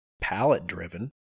palette-driven